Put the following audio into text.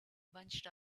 bunched